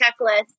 checklist